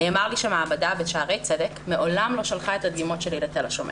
נאמר לי שהמעבדה בשערי צדק מעולם לא שלחה את הדגימות שלי לתל השומר.